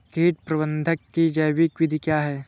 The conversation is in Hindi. कीट प्रबंधक की जैविक विधि क्या है?